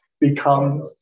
become